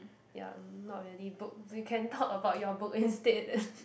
ya not really books you can talk about your book instead